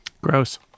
Gross